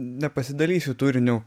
nepasidalysiu turiniu